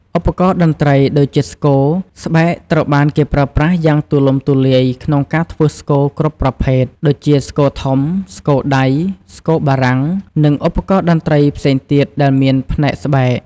ឧបករណ៍តន្រ្តី ដូចជា ស្គរ ស្បែកត្រូវបានគេប្រើប្រាស់យ៉ាងទូលំទូលាយក្នុងការធ្វើស្គរគ្រប់ប្រភេទ ដូចជា ស្គរធំ ស្គរដៃ ស្គរបារាំង និងឧបករណ៍តន្ត្រីផ្សេងទៀតដែលមានផ្នែកស្បែក។